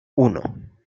uno